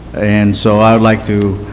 and so i would like to